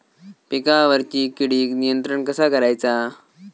पिकावरची किडीक नियंत्रण कसा करायचा?